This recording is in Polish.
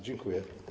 Dziękuję.